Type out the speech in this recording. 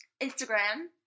Instagram